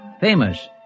famous